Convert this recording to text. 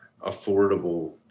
affordable